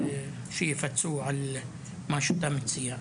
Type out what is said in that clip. שיפצו על מה שאתה מציע.